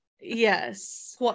Yes